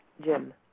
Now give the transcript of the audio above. Jim